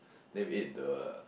then we ate the